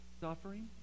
suffering